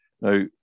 Now